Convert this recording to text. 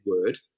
word